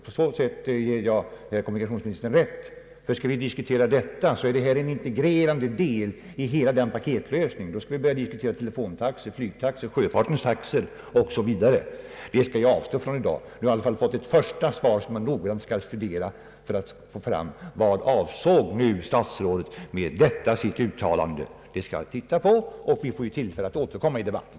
På den punkten ger jag kommunikationsministern rätt, ty skall vi diskutera detta, som är en integrerande del i en paketlösning, då skulle vi börja diskutera telefontaxor, flygtaxor, sjöfartens taxor o.s.v. Det skall jag emellertid avstå från i dag. Nu har jag i varje fall fått ett första svar, som jag noggrant skall studera för att få fram vad statsrådet avsåg. Jag skall som sagt titta på detta, och vi får ju tillfälle att återkomma i debatten.